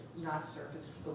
not-surface